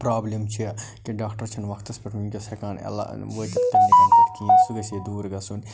problem چھِ کہِ doctor چھِنہٕ وقتس پٮ۪ٹھ وُنکٮ۪س ہیٚکان عٮ۪لا وٲتِتھ کیٚنٛہہ لُکن پٮ۪ٹھ کِہیٖنۍ سُہ گَژھہِ ہے دوٗر گَژھُن